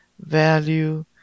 value